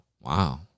Wow